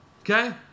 Okay